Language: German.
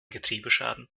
getriebeschaden